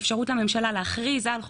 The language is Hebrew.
הווריאנט הבריטי שנכנס לישראל,